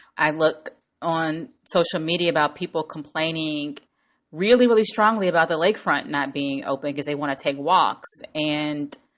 i look on social media about people complaining really, really strongly about the lakefront not being open because they want to take walks. and,